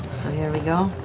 here we go.